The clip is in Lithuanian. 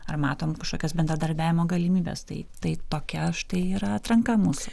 ar matom kažkokias bendradarbiavimo galimybes tai tai tokia štai yra atranka mūsų